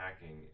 hacking